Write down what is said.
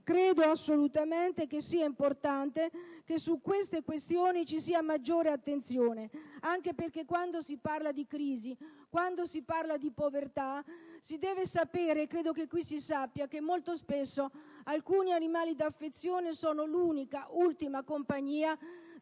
Reputo assolutamente importante che su tali questioni si presti una maggiore attenzione, anche perché, quando si parla di crisi e di povertà, si deve sapere - credo che qui si sappia - che molto spesso alcuni animali da affezione sono l'unica ed ultima compagnia